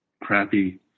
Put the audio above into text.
crappy